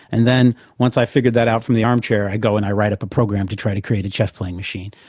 and then once i've figured that out from the armchair i go and i write up a program to try to create a chess-playing machine.